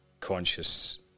conscious